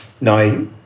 Now